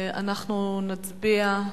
אנחנו נצביע.